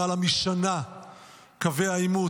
למעלה משנה קווי העימות,